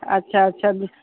अच्छा अच्छा